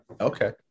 Okay